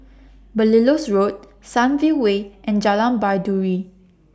Belilios Road Sunview Way and Jalan Baiduri